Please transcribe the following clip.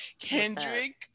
Kendrick